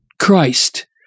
Christ